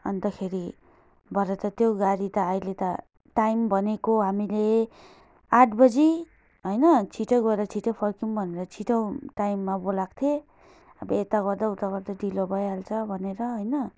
अन्तखेरि भरे त त्यो गाडी त अहिले त टाइम भनेको हामीले आठ बजी होइन छिट्टो गएर छिट्टो फर्कौँ भनेर छिटो टाइममा बोलाएको थिएँ अब यता गर्दा उता गर्दा ढिलो भइहाल्छ भनेर होइन